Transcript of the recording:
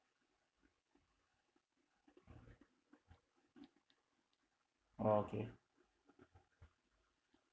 oh okay